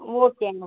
ஓகேங்க